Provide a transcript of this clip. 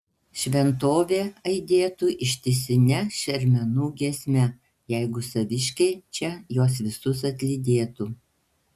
šventovė aidėtų ištisine šermenų giesme jeigu saviškiai čia juos visus atlydėtų